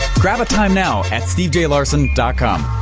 grab a time now at stevejlarsen and com.